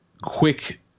quick